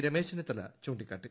രമേശ് ചെന്നിത്തല ചൂണ്ടിക്കാട്ടി